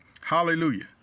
Hallelujah